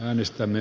kannatan